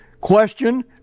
question